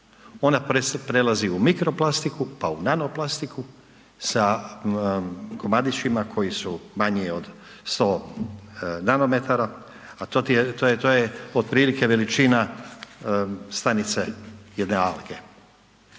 ona prelazi u mirkoplastiku, pa u nanoplastiku sa komadićima koji su manji od 100 nanometara, a to ti je, to je, to je otprilike veličina stanice jedne alge